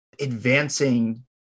advancing